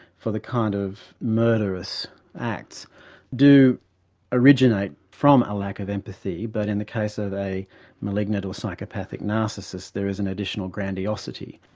for the kind of murderous acts do originate from a lack of empathy, but in the case of a malignant or psychopathic narcissist there is an additional grandiosity.